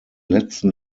letzten